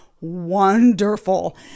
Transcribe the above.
wonderful